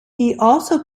also